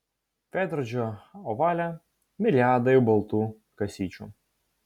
veidrodžio ovale miriadai baltų kasyčių